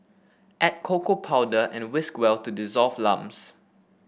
add cocoa powder and whisk well to dissolve lumps